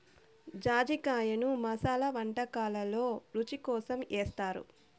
జాజికాయను మసాలా వంటకాలల్లో రుచి కోసం ఏస్తారు